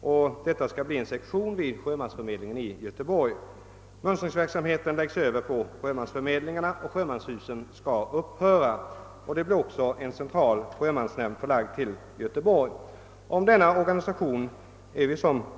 Det skall också bli en sektion vid sjömans Om denna organisation är vi, som fröken Wetterström framhållit, eniga i utskottet.